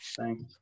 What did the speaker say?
Thanks